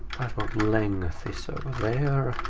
length is over there.